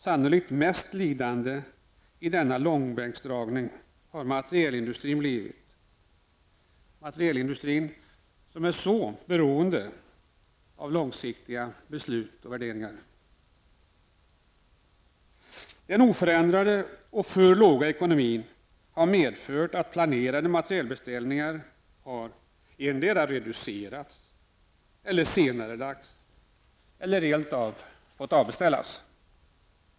Sannolikt har materielindustrin, som är så beroende av långsiktiga beslut och värderingar, blivit mest lidande i denna långbänksdragning. De oförändrade och alltför låga anslagen har medfört att planerade materielbeställningar har endera reducerats, senarelagts eller rent av avbeställts.